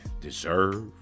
deserve